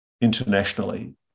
internationally